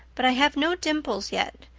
but i have no dimples yet.